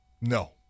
No